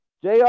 Jr